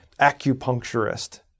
Acupuncturist